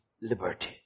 liberty